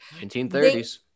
1930s